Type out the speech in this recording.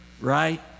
right